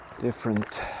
different